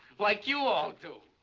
like you all do.